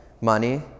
money